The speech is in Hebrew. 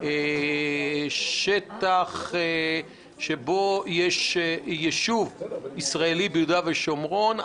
שטח שבו יש יישוב ישראלי ביהודה ושומרון,